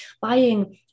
buying